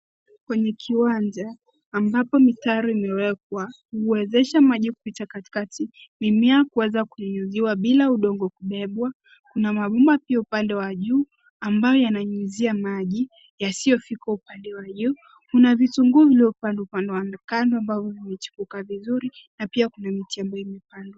Kwenye kiwanja, ambapo mitaro imewekwa, huwezesha maji kupita katikati, mimea kuweza kunyunyiziwa bila udongo kubebwa. Kuna mabomba pia upande wa juu ambayo yananyunyizia maji yasiyofika upande wa juu. Kuna vitunguu uliopandwa upande wa kando ambao umechipuka vizuri na pia kuna miti ambayo imepandwa.